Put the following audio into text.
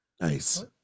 Nice